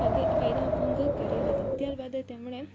કાયદાભંગ કર્યો હતો ત્યાર બાદ તેમણે